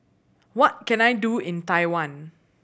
what can I do in Taiwan